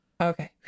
Okay